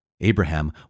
Abraham